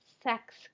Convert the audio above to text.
Sex